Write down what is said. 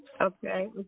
Okay